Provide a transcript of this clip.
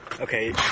Okay